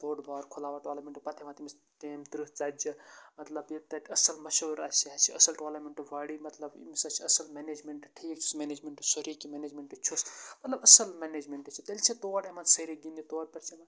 بوٚڑ بار کھُلاون ٹورنَمیٚنٹ پَتہٕ ہیٚوان تٔمِس ٹیم تٕرٕہ ژتجی مطلَب یہِ تتہِ اَصل مَشوَر آسہِ یہِ ہہ چھِ اَصل ٹورنَمیٚنٛٹ باڈی مَطلب أمِس حظ چھِ اَصل مینیجمیٚنٹ ٹھیٖک چھُس منیجمیٚنٹ سورُے کینٛہہ منیجمیٚنٹ چھُس مطلب اصل مینجمیٚنٹ چھِ تیٚلہِ چھِ تور یِوان سٲری گِنٛدنہٕ تور پٮ۪ٹھ چھِ یِوان